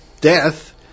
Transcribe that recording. death